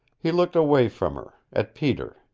he looked away from her at peter.